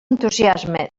entusiasme